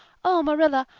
oh, marilla,